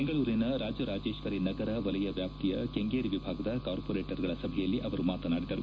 ಬೆಂಗಳೂರಿನ ರಾಜರಾಜೀಶ್ವರಿನಗರ ವಲಯ ವ್ಯಾಪ್ತಿಯ ಕೆಂಗೇರಿ ವಿಭಾಗದ ಕಾರ್ಮೊರೇಟರ್ಗಳ ಸಭೆಯಲ್ಲಿ ಅವರು ಮಾತನಾಡಿದರು